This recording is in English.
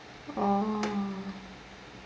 oh